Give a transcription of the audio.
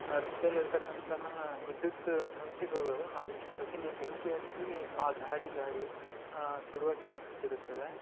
ಆ ರಸ್ತೆಲಿ ಇರತಕ್ಕಂತಹ ವಿದ್ಯುತ್ ತಂತಿಗಳು ಅದಕ್ಕೆ ತಗುಲಿ ಬೆಂಕಿ ಹತ್ತಿ ಆ ಗಾಡಿ ಗಾಡಿ ಸುಡುವ ಚಾನ್ಸಸ್ ಇರುತ್ತದೆ